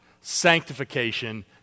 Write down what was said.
sanctification